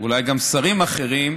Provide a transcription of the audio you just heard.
אולי גם שרים אחרים,